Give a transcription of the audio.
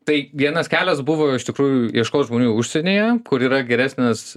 tai vienas kelias buvo iš tikrųjų ieškot žmonių užsienyje kur yra geresnės